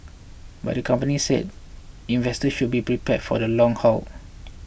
but the company said investors should be prepared for the long haul